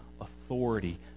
authority